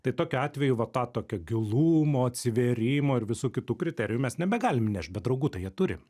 tai tokiu atveju va tą tokio gilumo atsivėrimo ir visų kitų kriterijų mes nebegalim nešt be draugų tai jie turi